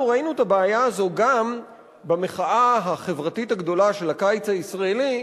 אנחנו ראינו את הבעיה הזאת גם במחאה החברתית הגדולה של הקיץ הישראלי.